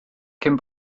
cyn